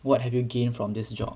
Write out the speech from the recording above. what have you gain from this job